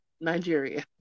Nigeria